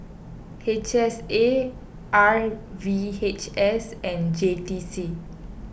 H S A R V H S and J T C